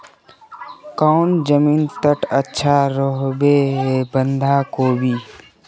कौन जमीन टत अच्छा रोहबे बंधाकोबी?